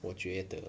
我觉得